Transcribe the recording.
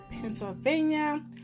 pennsylvania